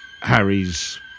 Harry's